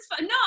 no